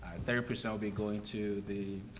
thirty percent will be going to the,